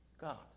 God